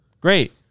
great